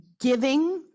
giving